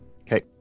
okay